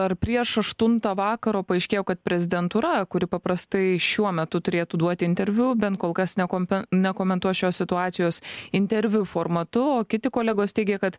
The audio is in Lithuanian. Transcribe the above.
ar prieš aštuntą vakaro paaiškėjo kad prezidentūra kuri paprastai šiuo metu turėtų duoti interviu bent kol kas nekompe nekomentuos šios situacijos interviu formatu o kiti kolegos teigė kad